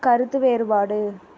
கருத்து வேறுபாடு